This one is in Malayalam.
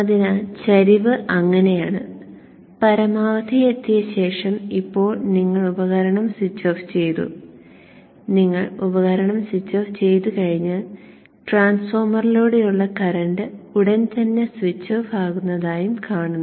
അതിനാൽ ചരിവ് അങ്ങനെയാണ് പരമാവധി എത്തിയ ശേഷം ഇപ്പോൾ നിങ്ങൾ ഉപകരണം സ്വിച്ച് ഓഫ് ചെയ്തു നിങ്ങൾ ഉപകരണം സ്വിച്ച് ഓഫ് ചെയ്തുകഴിഞ്ഞാൽ ട്രാൻസ്ഫോർമറിലൂടെയുള്ള കറന്റ് ഉടൻ തന്നെ സ്വിച്ച് ഓഫ് ആകുന്നതായും നിങ്ങൾ കാണുന്നു